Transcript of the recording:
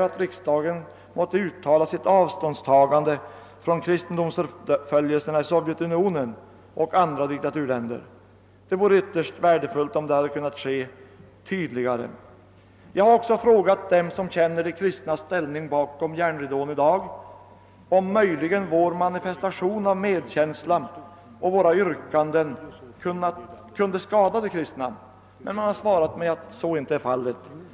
att >riksdagen måtte uttala sitt avståndstagande från kristendomsförföljelserna i Sovjetunionen och andra diktaturländer». Det vore ytterst värdefullt om detta kunde ske på ett tydligare sätt. Jag har frågat dem som känner de kristnas ställning bakom järnridån i dag om vår manifestation av medkänsla och våra yrkanden kunde skade de kristna. Man har svarat mig att så inte är fallet.